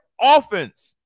offense